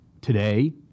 Today